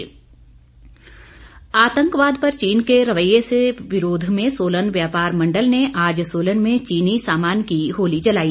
व्यापार मंडल आतंकवाद पर चीन के रवैये के विरोध में सोलन व्यापार मंडल ने आज सोलन में चीनी सामान की होली जलाई